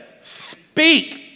Speak